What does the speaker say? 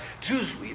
Jews